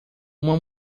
uma